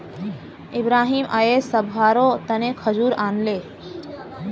इब्राहिम अयेज सभारो तने खजूर आनले